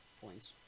points